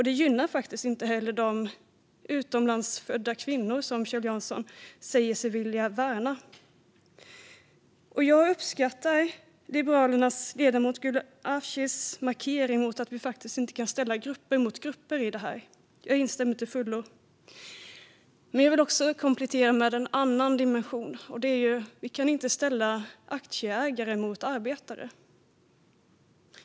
Det gynnar faktiskt inte heller de utlandsfödda kvinnor som Kjell Jansson säger sig vilja värna. Jag uppskattar Liberalernas ledamot Gulan Avcis markering att vi inte kan ställa grupper mot grupper i detta sammanhang. Jag instämmer till fullo i det. Jag vill komplettera med en annan dimension. Vi kan inte ställa aktieägare mot arbetare.